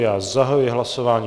Já zahajuji hlasování.